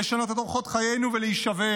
לשנות את אורחות חיינו ולהישבר.